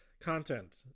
content